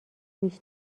ریش